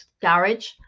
garage